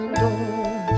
dont